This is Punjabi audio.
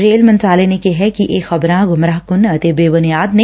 ਰੇਲ ਮੰਤਰਾਲੇ ਨੇ ਕਿਹੈ ਕਿ ਇਹ ਖ਼ਬਰਾਂ ਗੁੰਮਰਾਹਕੁੰਨ ਅਤੇ ਬੇਬੁਨਿਆਦ ਨੇ